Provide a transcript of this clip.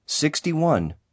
Sixty-one